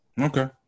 okay